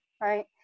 right